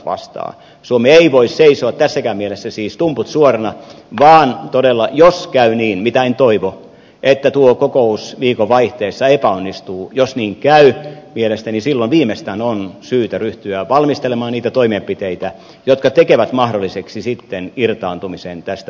suomi ei voi seisoa tässäkään mielessä siis tumput suorina vaan todella jos käy niin mitä en toivo että tuo kokous viikonvaihteessa epäonnistuu jos niin käy mielestäni silloin viimeistään on syytä ryhtyä valmistelemaan niitä toimenpiteitä jotka tekevät mahdolliseksi sitten irtaantumisen tästä yhteisvaluutasta